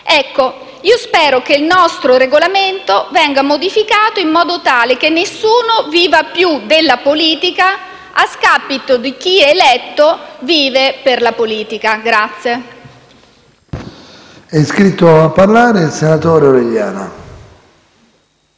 Ecco, spero che il nostro Regolamento venga modificato in modo tale che nessuno viva più della politica, a scapito di chi, eletto, vive per la politica. PRESIDENTE. È iscritto a parlare il senatore Orellana.